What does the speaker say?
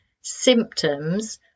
symptoms